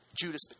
judas